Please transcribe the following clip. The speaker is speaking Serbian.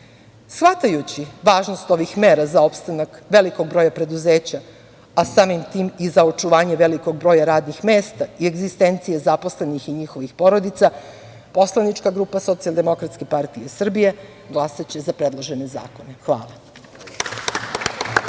Shvatajući važnost ovih mera za opstanak velikog broja preduzeća, a samim tim i za očuvanje velikog broja radnih mesta i egzistencije zaposlenih i njihovih porodica, poslanička grupa Socijaldemokratska partija Srbije glasaće za predložene zakone. Hvala.